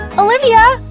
olivia!